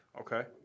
Okay